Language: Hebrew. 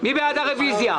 מי בעד הרוויזיה?